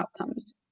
outcomes